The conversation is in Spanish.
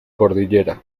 cordillera